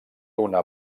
una